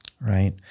Right